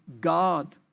God